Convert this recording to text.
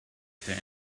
they